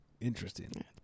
Interesting